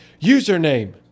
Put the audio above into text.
username